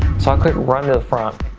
so, i quick run to the front,